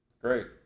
great